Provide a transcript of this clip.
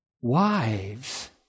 wives